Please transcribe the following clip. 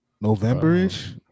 November-ish